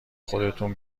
خودتون